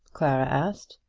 clara asked.